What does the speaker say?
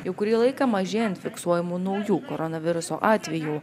jau kurį laiką mažėjant fiksuojamų naujų koronaviruso atvejų